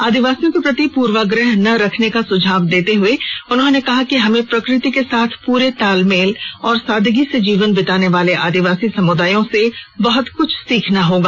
आदिवासियों के प्रति पूर्वाग्रह न रखने का सुझाव देते हुए उन्होंने कहा कि हमें प्रकृति के साथ पूरे तालमेल और सादगी से जीवन बिताने वाले आदिवासी समुदायों से बहुत कुछ सीखना होगा